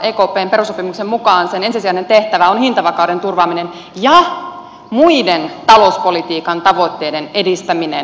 ekpn perussopimuksen mukaan sen ensisijainen tehtävä on hintavakauden turvaaminen ja muiden talouspolitiikan tavoitteiden edistäminen hintavakautta vaarantamatta